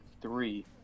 three